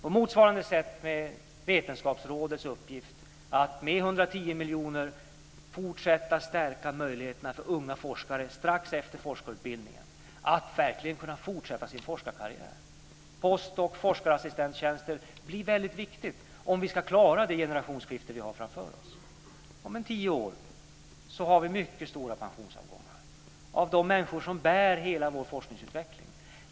På motsvarande sätt är det med Vetenskapsrådets uppgift. Det ska med 110 miljoner fortsätta att stärka möjligheterna för unga forskare att strax efter forskarutbildningen verkligen kunna fortsätta sin forskarkarriär. Postdoktorandtjänster och forskarassistenttjänster blir väldigt viktigt om vi ska klara det generationsskifte vi har framför oss. Om tio år har vi mycket stora pensionsavgångar av de människor som bär hela vår forskningsutveckling.